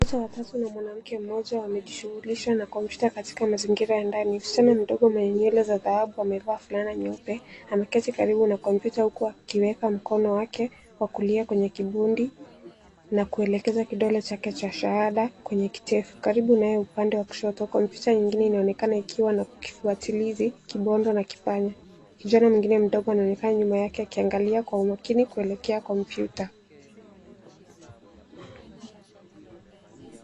Picha ya tatu na mwanamke mmoja anajishughulisha na kompyuta katika mazingira ya ndani. Msichana mdogo mwenye nywele za dhahabu amevaa fulana nyeupe, ameketi karibu na kompyuta huku akiweka mkono wake wa kulia kwenye kibodi na kuelekeza kidole chake cha shahada kwenye kitefu. Karibu naye upande wa kushoto kompyuta nyingine inaonekana ikiwa na kifuatilizi, kibodi na kipanya. Kijana mwingine mdogo anaonekana nyuma yake akiangalia kwa umakini kuelekea kompyuta.